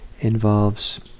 involves